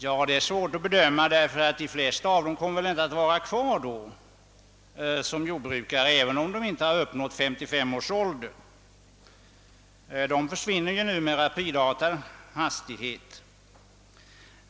Ja, det är svårt att bedöma den saken, ty de flesta av dessa jordbrukare kommer väl inte att vara kvar inom näringsgrenen då, även om de inte uppnått 55 års ålder. De försvinner ju numera i rapidfart.